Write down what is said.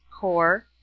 core